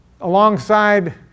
alongside